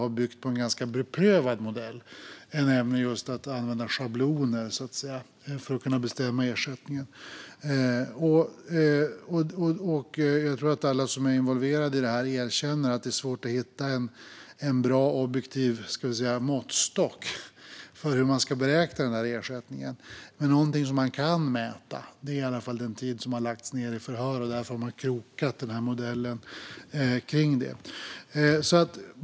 Att använda schabloner för att bestämma ersättningen har byggt på en ganska beprövad modell. Jag tror att alla som är involverade i detta erkänner att det är svårt att hitta en bra och objektiv måttstock för hur man ska beräkna ersättningen, men något man kan mäta är i alla fall den tid som har lagts ned i förhör. Därför har man krokat modellen kring det.